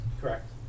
correct